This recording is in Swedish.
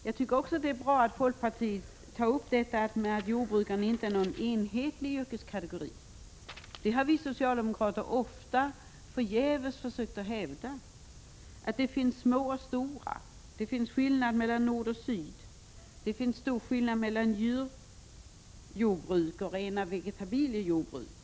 Jag tycker också det är bra att folkpartiet tar upp detta att jordbrukarna inte är någon enhetlig yrkeskategori. Det har vi socialdemokrater ofta förgäves försökt hävda — att det finns små och stora jordbruk, att det är skillnad mellan nord och syd, att det är stor skillnad mellan jordbruk där man har djur och jordbruk som är rena vegetabiliejordbruk.